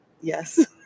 yes